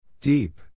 Deep